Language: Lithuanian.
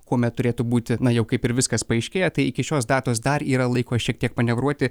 kuomet turėtų būti na jau kaip ir viskas paaiškėję tai iki šios datos dar yra laiko šiek tiek manevruoti